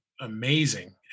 amazing